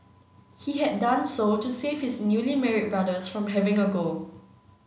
he had done so to save his newly married brothers from having to go